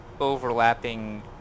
overlapping